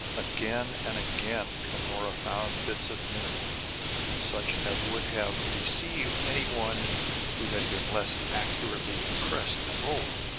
again and again cunora found bits of mineral such as would have deceived any one who had been less accurately impressed than rolla.